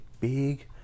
big